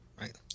Right